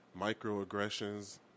microaggressions